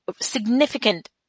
significant